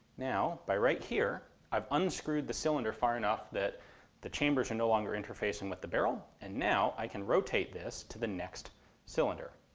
now by right here, i've unscrewed the cylinder far enough that the chambers are no longer interfacing with the barrel and now i can rotate this to the next cylinder,